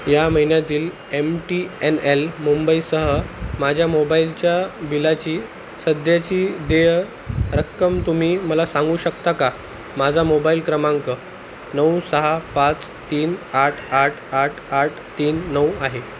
या महिन्यातील M T N L मुंबईसह माझ्या मोबाईलच्या बिलाची सध्याची देय रक्कम तुम्ही मला सांगू शकता का माझा मोबाईल क्रमांक नऊ सहा पाच तीन आठ आठ आठ आठ तीन नऊ आहे